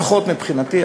לפחות מבחינתי.